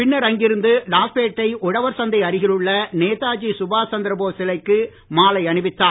பின்னர் அங்கிருந்து லாஸ்பேட்டை உழவர் சந்தை அருகில் உள்ள நேதாஜி சுபாஷ் சந்திரபோஸ் சிலைக்கு மாலை அணிவித்தார்